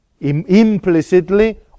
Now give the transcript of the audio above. implicitly